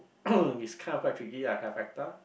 it's kind of quite tricky